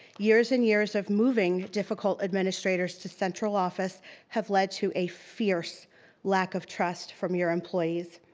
years and years of moving difficult administrators to central office have led to a fierce lack of trust from your employees.